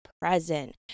present